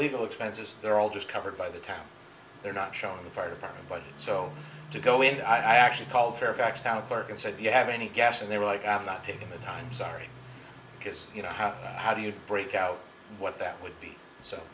legal expenses they're all just covered by the time they're not shown in the fire department but so to go in i actually called fairfax county clerk and said if you have any gas and they were like i'm not taking the time sorry because you know how how do you break out what that would be so